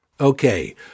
Okay